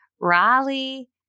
Raleigh